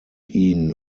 ihn